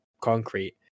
concrete